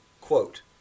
Quote